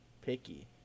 picky